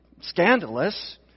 scandalous